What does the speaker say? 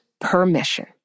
permission